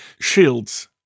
shields